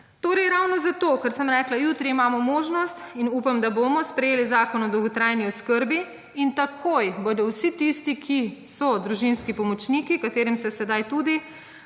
Torej ravno zato, kot sem rekla, jutri imamo možnost in upam, da bomo sprejeli zakon o dolgotrajni oskrbi. In takoj bodo vsi tisti, ki so družinski pomočniki, katerim se sedaj tudi